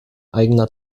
eigener